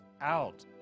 out